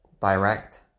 direct